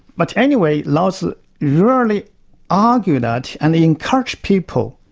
but anyway, laozi really argue that, and he encouraged people,